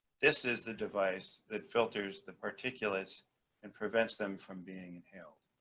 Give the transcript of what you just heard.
this is the device that filters the particulates and prevents them from being inhaled.